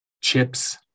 chips